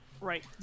Right